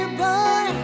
boy